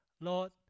Lord